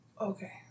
Okay